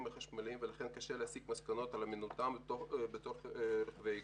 החשמליים ולכן קשה להסיק מסקנות על אמינותם בתור רכבי איגום.